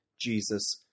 Jesus